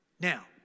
now